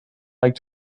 like